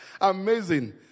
Amazing